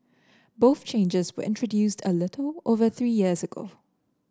both changes were introduced a little over three years ago